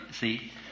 see